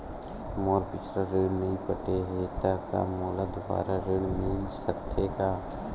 मोर पिछला ऋण नइ पटे हे त का मोला दुबारा ऋण मिल सकथे का?